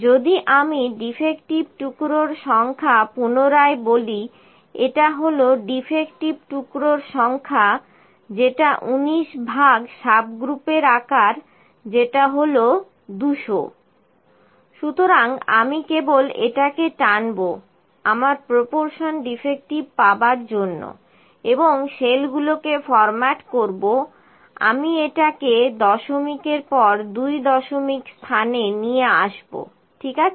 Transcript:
যদি আমি ডিফেক্টিভ টুকরোর সংখ্যা পুনরায় বলি এটা হল ডিফেক্টিভ টুকরোর সংখ্যা যেটা 19 ভাগ সাবগ্রুপের আকার যেটা হলো 200 সুতরাং আমি কেবল এটাকে টানবো আমার প্রপরশন ডিফেক্টিভ পাবার জন্য এবং সেল গুলোকে ফর্মাট করবো আমি এটাকে দশমিকের পর দুই দশমিক স্থানে নিয়ে আসব ঠিক আছে